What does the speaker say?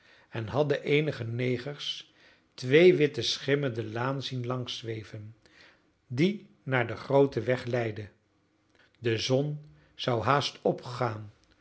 en hadden eenige negers twee witte schimmen de laan zien langs zweven die naar de groote weg leidde de zon zou haast opgaan